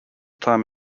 time